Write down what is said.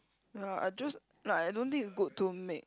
ya I just like I don't think it's good to make